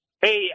Hey